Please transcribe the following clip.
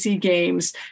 games